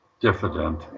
diffident